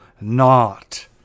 not